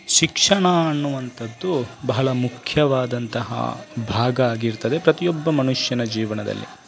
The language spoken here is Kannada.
ಶಿಕ್ಷಣ ಅನ್ನುವಂಥದ್ದು ಬಹಳ ಮುಖ್ಯವಾದಂತಹ ಭಾಗ ಆಗಿರ್ತದೆ ಪ್ರತಿಯೊಬ್ಬ ಮನುಷ್ಯನ ಜೀವನದಲ್ಲಿ